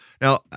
Now